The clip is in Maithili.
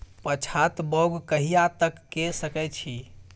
पछात बौग कहिया तक के सकै छी?